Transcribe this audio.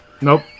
Nope